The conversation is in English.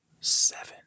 Seven